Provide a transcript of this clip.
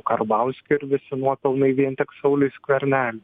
karbauskiu ir visi nuopelnai vien tik sauliui skverneliui